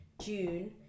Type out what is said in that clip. June